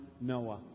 Noah